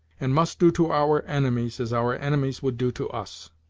and must do to our enemies as our enemies would do to us.